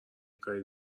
کاری